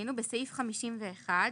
בסעיף 51,